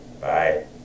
Bye